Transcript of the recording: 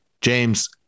James